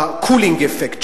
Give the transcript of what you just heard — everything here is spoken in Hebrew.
ה-cooling effect,